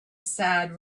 sad